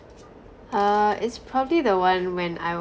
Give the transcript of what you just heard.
uh it's probably the one when I